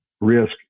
risk